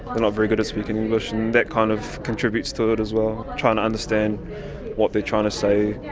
and very good at speaking english and that kind of contributes to it as well, trying to understand what they're trying to say.